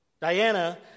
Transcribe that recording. Diana